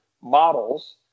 models